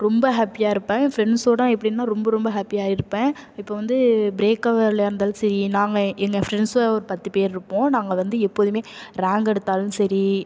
ரொம்ப ஹாப்பியாக இருப்பேன் ஃப்ரெண்ட்ஸோட எப்படின்னா ரொம்ப ரொம்ப ஹாப்பியாக இருப்பேன் இப்போ வந்து ப்ரேக் ஹவர்லையா இருந்தாலும் சரி நாங்கள் எங்கள் ஃப்ரெண்ட்ஸ்ல ஒரு பத்து பேர் இருப்போம் நாங்கள் வந்து எப்போதுமே ரேங்க் எடுத்தாலும் சரி